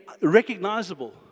recognizable